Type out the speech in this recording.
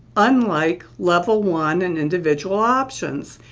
unlike level one and individual options.